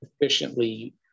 efficiently